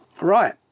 Right